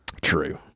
True